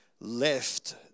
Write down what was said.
left